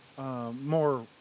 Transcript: more